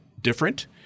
different